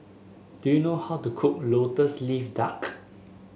do you know how to cook lotus leaf duck